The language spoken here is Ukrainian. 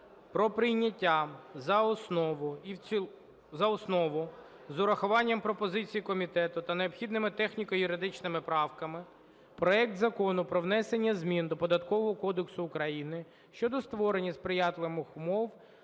про прийняття за основу з врахуванням пропозицій комітету та необхідними техніко-юридичними правками проект Закону про внесення змін до Податкового кодексу України щодо створення сприятливих умов